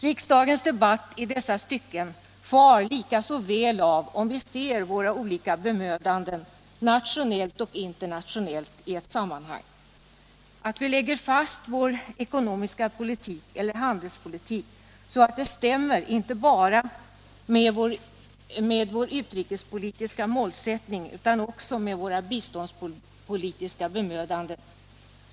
Riksdagens debatt i dessa stycken far också väl av om vi ser våra olika bemödanden — nationellt och internationellt — i ett sammanhang och att vi lägger fast vår ekonomiska politik och vår handelspolitik så att det stämmer inte bara med vår utrikespolitiska målsättning utan också med våra biståndspolitiska bemödanden.